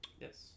Yes